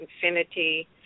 infinity